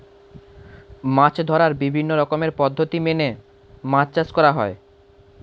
মাছ ধরার বিভিন্ন রকমের পদ্ধতি মেনে মাছ চাষ করা হয়